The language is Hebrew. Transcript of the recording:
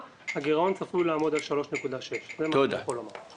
הגירעון צפוי לעמוד על 3.6. זה מה שאני יכול לומר.